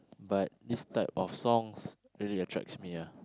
but these type of songs really attracts me ah